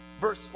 verse